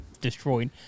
destroyed